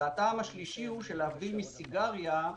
להבדיל מסיגריה,